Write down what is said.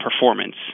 performance